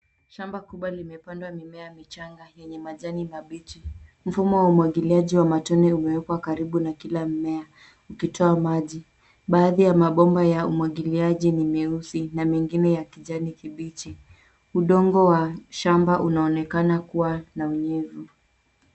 Shamba kubwa limepandwa mimea michanga yenye majani mabichi. Mfumo wa umwagiliaji wa matone umewekwa karibu na kila mmea, ukitoa maji. Baadhi ya mabomba ni ya umwagiliaji ni meusi na mengine ya kijani kibichi. Udongo wa shamba unaonekana kuwa na unyevu.